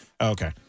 Okay